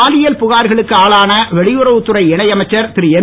பாலியல் புகார்களுக்கு ஆளான வெளியுறவுத்துறை இணையமைச்சர் திருஎம்